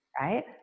Right